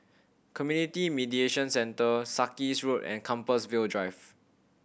Community Mediation Centre Sarkies Road and Compassvale Drive